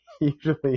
usually